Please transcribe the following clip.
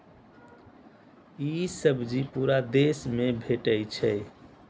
ई सब्जी पूरा देश मे भेटै छै